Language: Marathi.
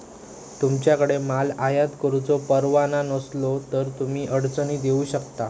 तुमच्याकडे माल आयात करुचो परवाना नसलो तर तुम्ही अडचणीत येऊ शकता